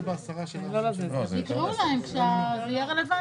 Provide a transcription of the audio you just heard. שבאמת המהות שלהם זה לשפר או להגביר את יכולת